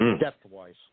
Depth-wise